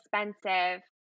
expensive